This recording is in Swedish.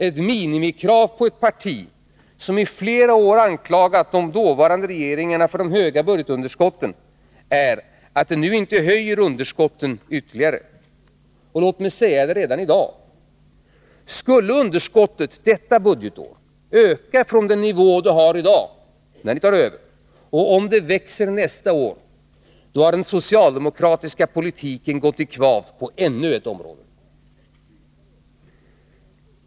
Ett minimikrav på ett parti som i flera år anklagat de dåvarande regeringarna för de höga budgetunderskotten är att det nu inte höjer underskotten ytterligare. Låt mig säga det redan i dag: Skulle underskottet detta budgetår öka från den nivå det har i dag och om det växer nästa år, då har den socialdemokratiska politiken gått i kvav på ännu ett område.